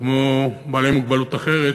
כמו בעלי מוגבלות אחרת,